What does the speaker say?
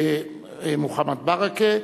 מוחמד ברכה,